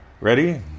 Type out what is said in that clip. Ready